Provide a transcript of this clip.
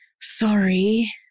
Sorry